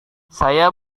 saya